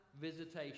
visitation